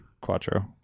Quattro